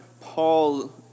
Paul